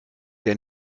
der